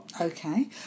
Okay